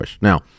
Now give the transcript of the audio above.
Now